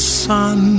sun